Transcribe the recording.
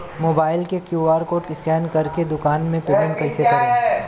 Mobile से QR code scan कर के दुकान मे पेमेंट कईसे करेम?